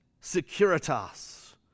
securitas